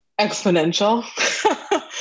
Exponential